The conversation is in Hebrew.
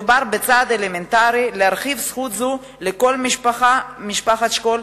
מדובר בצעד אלמנטרי להרחיב זכות זו לכל משפחת השכול,